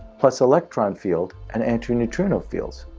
plus electron field, and antineutrino fields.